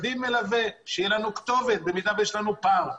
מלווה כדי שתהיה לנו כתובת במידה ויש לנו פער,